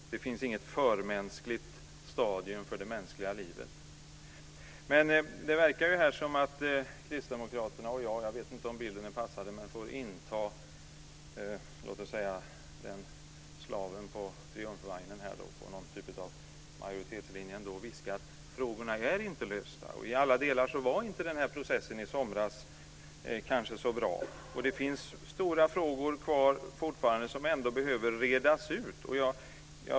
Det finns inget för-mänskligt stadium för det mänskliga livet. Men det verkar som om Kristdemokraterna och jag, jag vet inte om bilden är passande, får inta en position som slaven på triumfvagnen, en typ av majoritetslinje, och viska: Frågorna är inte lösta. I alla delar var kanske inte processen i somras så bra. Det finns fortfarande stora frågor kvar som behöver redas ut.